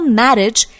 marriage